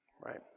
Right